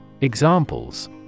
Examples